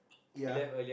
ya